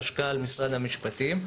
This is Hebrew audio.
חשכ"ל ומשרד המשפטים.